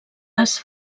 les